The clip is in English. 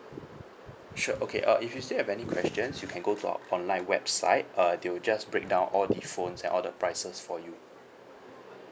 sure okay uh if you still have any questions you can go to our online website uh they will just break down all the phones and all the prices for you